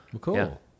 cool